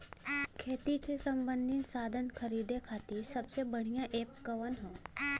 खेती से सबंधित साधन खरीदे खाती सबसे बढ़ियां एप कवन ह?